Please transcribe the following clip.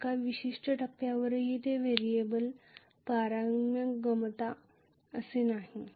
एका विशिष्ट टप्प्यावरही ते व्हेरिएबल पारगम्यता असणार नाहीत